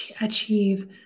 achieve